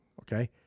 Okay